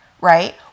right